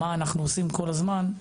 מה אנחנו עושים כל הזמן.